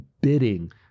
bidding